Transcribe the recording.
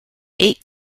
eight